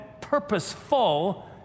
purposeful